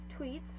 tweets